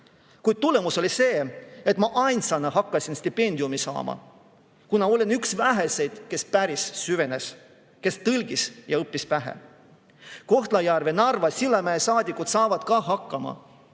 Kuid tulemus oli see, et ma ainsana hakkasin stipendiumi saama, kuna olin üks väheseid, kes päris kõigesse süvenes, kes tõlkis ja õppis pähe. Kohtla-Järve, Narva ja Sillamäe saadikud saavad ka hakkama.